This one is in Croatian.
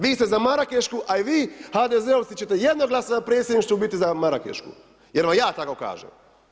Vi ste za Marakešku, a i vi HDZ-ovci ćete jednoglasno na predsjedništvu biti za Marakešku, jer vam ja tako kažem.